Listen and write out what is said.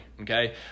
okay